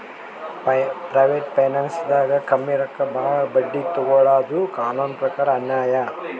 private ಫೈನಾನ್ಸ್ದಾಗ್ ಕಮ್ಮಿ ರೊಕ್ಕಕ್ ಭಾಳ್ ಬಡ್ಡಿ ತೊಗೋಳಾದು ಕಾನೂನ್ ಪ್ರಕಾರ್ ಅನ್ಯಾಯ್